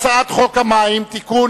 הצעת חוק המים (תיקון,